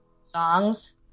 songs